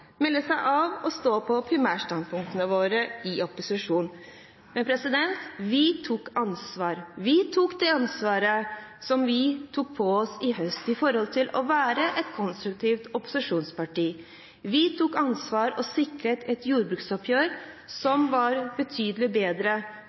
melde oss av og stå på primærstandpunktene våre i opposisjon. Men vi tok ansvar – vi tok det ansvaret vi påtok oss sist høst, om å være et konstruktivt opposisjonsparti. Vi tok ansvar og sikret et jordbruksoppgjør